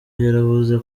yaravuze